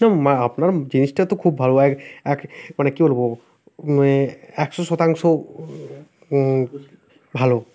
না মা আপনার জিনিসটা তো খুব ভালো এক এক মানে কি বলবো মানে একশো শতাংশ ভালো